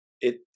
it